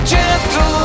Gentle